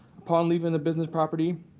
upon leaving the business property,